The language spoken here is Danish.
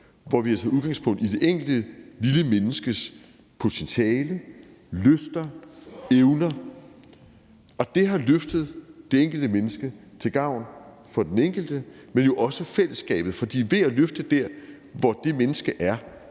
hvor vi har taget udgangspunkt i det enkelte lille menneskes potentiale, lyster og evner, og det har løftet det enkelte menneske til gavn for den enkelte, men jo også fællesskabet. For ved at løfte der, hvor det menneske er,